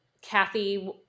Kathy